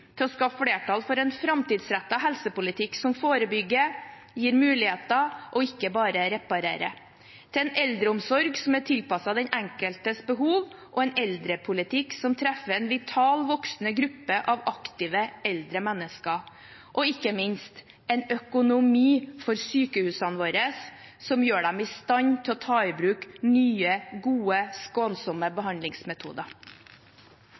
til å skaffe flertall for en framtidsrettet helsepolitikk som forebygger, gir muligheter og ikke bare reparerer, en eldreomsorg som er tilpasset den enkeltes behov, en eldrepolitikk som treffer en vital, voksende gruppe av aktive eldre mennesker, og ikke minst en økonomi for sykehusene våre som gjør dem i stand til å ta i bruk nye, gode og skånsomme